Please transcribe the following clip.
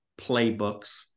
playbooks